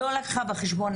לא לקחה בחשבון